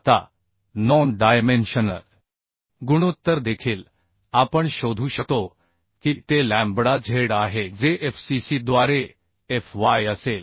आता non dimensional गुणोत्तर देखील आपण शोधू शकतो की ते लॅम्बडा z आहे जे FCC द्वारे Fy असेल